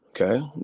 Okay